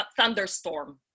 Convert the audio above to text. thunderstorm